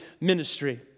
ministry